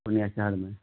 پورنیہ شہر میں